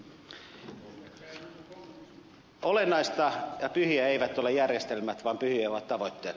olennaisia ja pyhiä eivät ole järjestelmät vaan pyhiä ovat tavoitteet